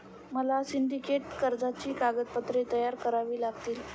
मला सिंडिकेट कर्जाची कागदपत्रे तयार करावी लागतील